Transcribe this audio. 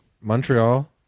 montreal